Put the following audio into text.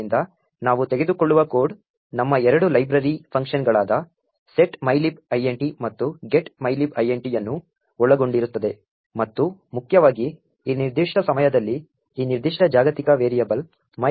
ಆದ್ದರಿಂದ ನಾವು ತೆಗೆದುಕೊಳ್ಳುವ ಕೋಡ್ ನಮ್ಮ ಎರಡು ಲೈಬ್ರರಿ ಫಂಕ್ಷನ್ಗಳಾದ set mylib int ಮತ್ತು get mylib int ಅನ್ನು ಒಳಗೊಂಡಿರುತ್ತದೆ ಮತ್ತು ಮುಖ್ಯವಾಗಿ ಈ ನಿರ್ದಿಷ್ಟ ಸಮಯದಲ್ಲಿ ಈ ನಿರ್ದಿಷ್ಟ ಜಾಗತಿಕ ವೇರಿಯಬಲ್ mylib int ಆಗಿದೆ